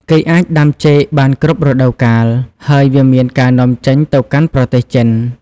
គេអាចដាំចេកបានគ្រប់រដូវកាល ហើយវាមានការនាំចេញទៅកាន់ប្រទេសចិន។